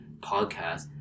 podcast